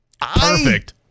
Perfect